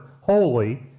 holy